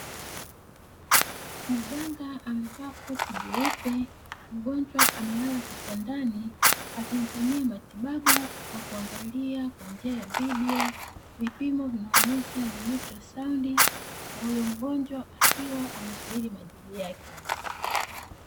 Mganga amevaa koti jeupe, mgonjwa amelala kitandani, akimfanyia matibabu kwa kuangalia kwa njia ya video. Vipimo vinaonyesha ni yutrasaundi, na huyo mgonjwa akiwa anasubiri majibu yake.